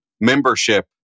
membership